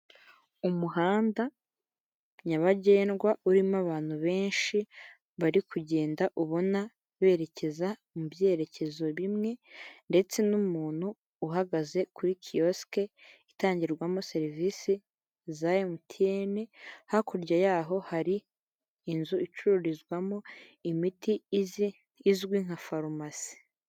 Umuhanda nyabagendwa urimo abantu benshi bari kugenda ubona berekeza mu byerekezo bimwe, ndetse n'umuntu uhagaze kuri kiyosike itangirwamo serivisi za emutiyene, hakurya yaho hari inzu icururizwamo imiti izwi nka farumasi.